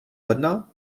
brna